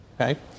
Okay